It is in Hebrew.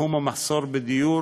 בתחום המחסור בדיור